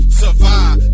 survive